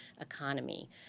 economy